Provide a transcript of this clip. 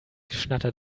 geschnatter